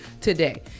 today